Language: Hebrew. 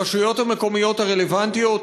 הרשויות המקומיות הרלוונטיות,